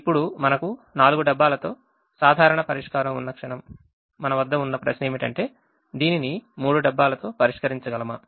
ఇప్పుడు మనకు 4 డబ్బాలతో సాధారణ పరిష్కారం ఉన్న క్షణం మన వద్ద ఉన్న ప్రశ్న ఏమిటంటే దీనిని మూడు డబ్బాలతో పరిష్కరించగలమా